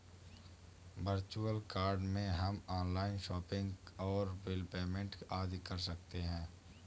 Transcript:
virtual card से हम online shopping और बिल पेमेंट आदि कर सकते है